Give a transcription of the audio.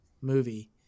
movie